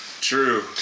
True